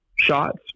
shots